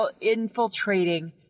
infiltrating